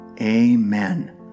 Amen